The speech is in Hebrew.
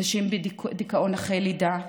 נשים בדיכאון אחרי לידה,